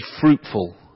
fruitful